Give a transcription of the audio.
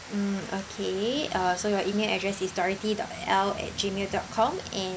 mm okay uh so your email address is dorothy dot L at gmail dot com and